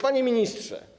Panie Ministrze!